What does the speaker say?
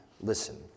listen